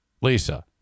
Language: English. Lisa